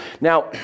Now